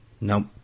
Nope